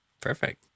Perfect